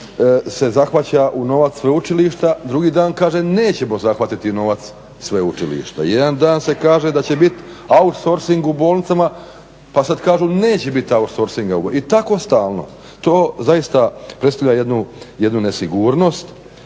se zahvaća u novac sveučilišta, drugi dan kaže nećemo zahvatiti novac sveučilišta. Jedan dan se kaže da će biti outsourcing u bolnicama pa sad kažu neće biti outsourcing i tako stalno. To zaista predstavlja jednu, jednu nesigurnost.